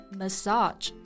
massage